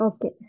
Okay